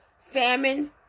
famine